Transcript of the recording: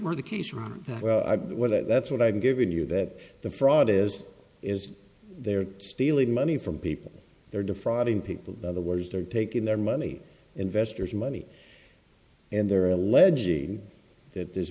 were the case from what that's what i've given you that the fraud is is they're stealing money from people they're defrauding people by the words they're taking their money investors money and they're alleging that this